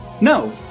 no